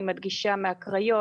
מהקריות,